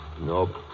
nope